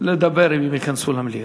לדבר אם הם ייכנסו למליאה.